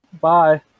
bye